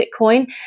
Bitcoin